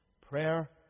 prayer